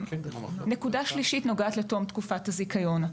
נקודה שלישית נוגעת לתום תקופת הזיכיון.